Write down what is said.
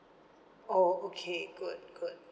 oh okay good good